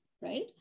right